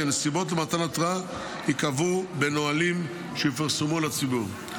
הנסיבות למתן התראה ייקבעו בנהלים שיפורסמו לציבור.